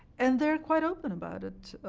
and they're quite open about it,